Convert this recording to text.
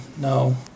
no